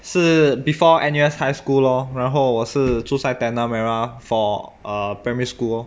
是 before N_U_S high school lor 然后我是住在 tanah merah for err primary school lor